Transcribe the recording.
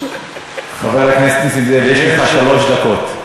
חבר הכנסת נסים זאב, יש לך שלוש דקות.